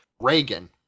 Reagan